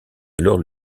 alors